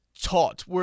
taught